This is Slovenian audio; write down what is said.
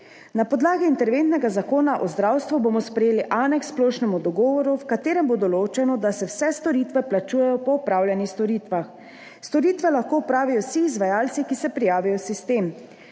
Na podlagi interventnega zakona o zdravstvu bomo sprejeli aneks k splošnemu dogovoru, v katerem bo določeno, da se vse storitve plačujejo po opravljenih storitvah. Storitve lahko opravijo vsi izvajalci, ki se prijavijo v sistem.